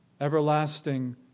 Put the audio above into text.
everlasting